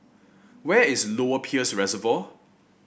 where is Lower Peirce Reservoir